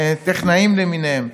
טכנאים למיניהם,